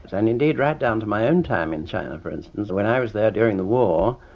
and soindeed right down to my own time in china for instance when i was there during the war,